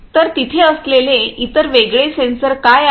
तर तिथे असलेले इतर वेगळे सेन्सर काय आहेत